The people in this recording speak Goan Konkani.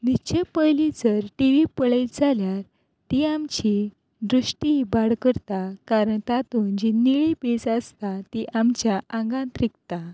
न्हिदचे पयलीं जर टी व्ही पळयत जाल्यार ती आमची दृश्टी इबाड करता कारण तातूंत जी निळी पीस आसता ती आमच्या आंगांत रिगता